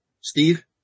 Steve